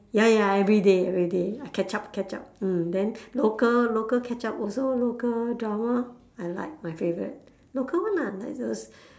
ya ya everyday everyday I catch up catch up catch up mm then local local catch up also local drama I like my favourite local [one] lah like the